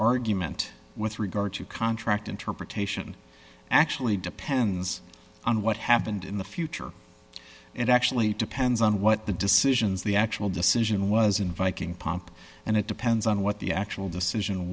argument with regard to contract interpretation actually depends on what happened in the future it actually depends on what the decisions the actual decision was in viking pomp and it depends on what the actual decision